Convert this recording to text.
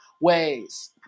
ways